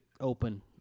open